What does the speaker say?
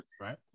right